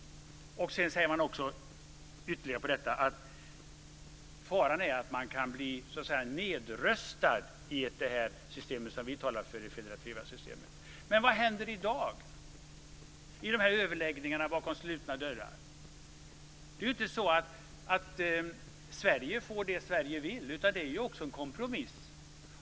Utöver detta säger man också att faran är att man kan bli nedröstad i det system som vi talar för, dvs. det federativa systemet. Men vad händer i dag i de här överläggningarna bakom slutna dörrar? Det är ju inte så att Sverige får det som Sverige vill, utan det är också en kompromiss.